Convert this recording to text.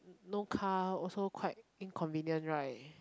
no car also quite inconvenient right